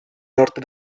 norte